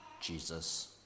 Jesus